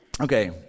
Okay